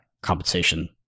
compensation